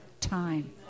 time